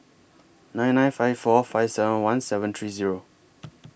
nine nine five four five seven one seven three Zero